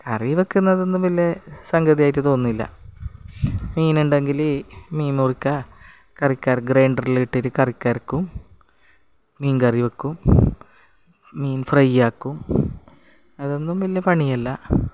കറി വെക്കുന്നതൊന്നും വലിയ സംഗതിയായിട്ടു തോന്നുന്നില്ല മീനുണ്ടെങ്കിൽ മീൻ മുറിക്കുക കറിക്ക് ഗ്രൈന്ഡറിൽ ഇട്ടിട്ട് കറിക്കരക്കും മീൻ കറി വെക്കും മീൻ ഫ്രൈ ആക്കും അതൊന്നും വലിയ പണിയല്ല